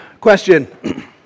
Question